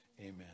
amen